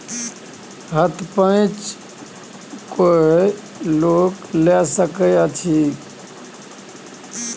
हथ पैंच कोनो लोक लए सकैत छै